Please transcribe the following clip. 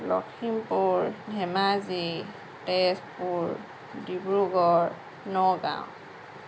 Lakhimpur Dhemaji Tezpur Dibrugarh Nagaon